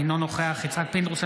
אינו נוכח יצחק פינדרוס,